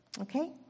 Okay